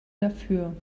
dafür